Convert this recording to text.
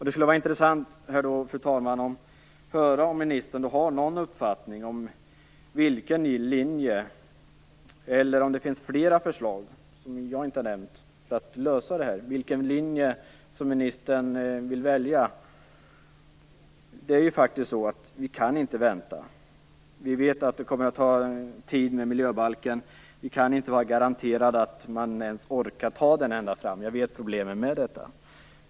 Det skulle vara intressant, fru talman, att få höra om ministern har någon uppfattning om vilken linje ministern vill välja, eller om det finns flera förslag än de som jag har nämnt för att lösa det här. Vi kan faktiskt inte vänta. Det kommer att ta tid med miljöbalken, och det finns ingen garanti för att man orkar föra den ända fram. Jag känner till problemen med detta.